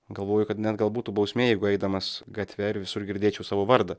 galvoju kad net gal būtų bausmė jeigu eidamas gatve ir visur girdėčiau savo vardą